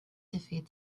defeat